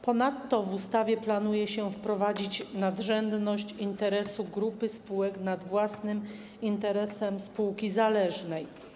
Ponadto w ustawie planuje się wprowadzić nadrzędność interesu grupy spółek nad własnym interesem spółki zależnej.